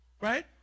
right